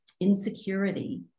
Insecurity